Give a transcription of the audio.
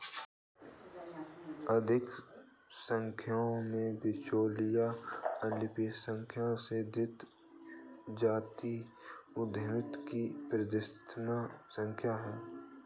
आर्थिक व्याख्याओं में, बिचौलिया अल्पसंख्यक सिद्धांत जातीय उद्यमिता की प्राथमिक व्याख्या है